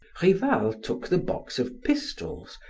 rival took the box of pistols,